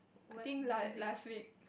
I think like last week